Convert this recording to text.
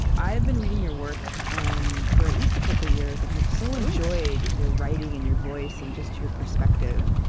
i have been reading your work um for at least a couple years and have so enjoyed your writing and your voice and your perspective.